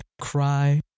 cry